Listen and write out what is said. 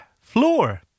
Floor